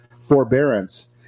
forbearance